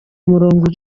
umurongo